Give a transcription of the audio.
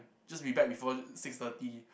just be back before six thirty